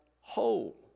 whole